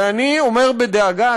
ואני אומר בדאגה,